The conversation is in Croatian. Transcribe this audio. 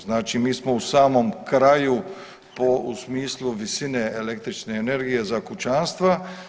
Znači mi smo u samom kraju po, u smislu visine električne energije za kućanstva.